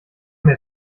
mir